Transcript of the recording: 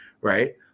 right